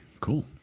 Cool